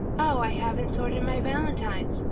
oh, i haven't sorted my valentines!